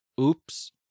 Oops